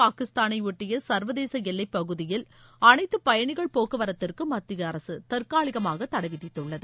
பாகிஸ்தானைஒட்டியசர்வதேசஎல்லைப் பகுதியில் அனைத்துபயணிகள் போக்குவரத்திற்கும் மத்தியஅரசுதற்காலிகமாகதடைவிதித்துள்ளது